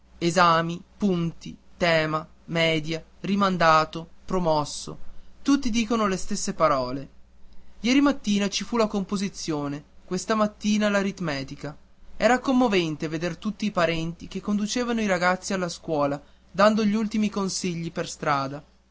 esami punti tema media rimandato promosso tutti dicono le stesse parole ieri mattina ci fu la composizione questa mattina l'aritmetica era commovente veder tutti i parenti che conducevano i ragazzi alla scuola dando gli ultimi consigli per la strada